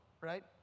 right